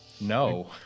No